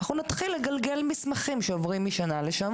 אנחנו נתחיל לגלגל מסמכים שעוברים משנה לשנה